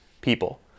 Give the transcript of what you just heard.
people